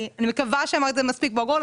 אני מקווה שאמרתי את זה מספיק ברור,